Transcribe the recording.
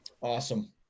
Awesome